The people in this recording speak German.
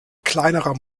kleinerer